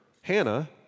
Hannah